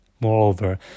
Moreover